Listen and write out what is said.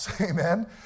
Amen